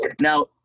Now